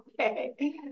Okay